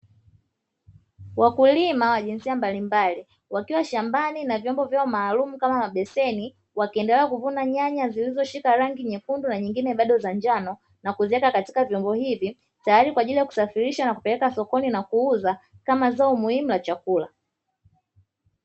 Wakulima wa jinsia mbalimbali, wakiwa shambani na vyombo vyao maalumu kama mabeseni, wakiendelea kuvuna nyanya zilizoshika rangi ya nyekundu na zingine bado za njano na kuziweka katika vyombo hivi tayari kwa ajili ya kusafirisha na kupeleka sokoni na kuuza kama zao muhimu la chakula.